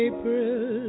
April